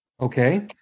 okay